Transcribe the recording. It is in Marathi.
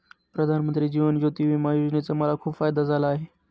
प्रधानमंत्री जीवन ज्योती विमा योजनेचा मला खूप फायदा झाला आहे